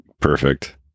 Perfect